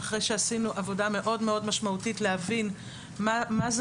אחרי שעשינו עבודה מאוד משמעותית להבין מה זה